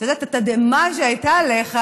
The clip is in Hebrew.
התדהמה שהייתה עליך,